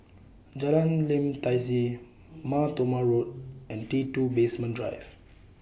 Jalan Lim Tai See Mar Thoma Road and T two Basement Drive